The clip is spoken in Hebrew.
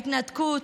ההתנתקות,